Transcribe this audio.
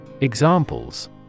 Examples